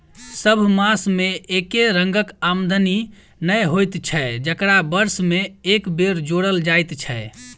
सभ मास मे एके रंगक आमदनी नै होइत छै जकरा वर्ष मे एक बेर जोड़ल जाइत छै